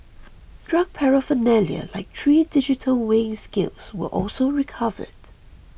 drug paraphernalia like three digital weighing scales were also recovered